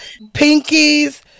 Pinkies